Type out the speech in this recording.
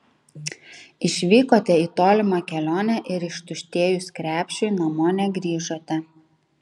išvykote į tolimą kelionę ir ištuštėjus krepšiui namo negrįžote